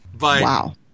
Wow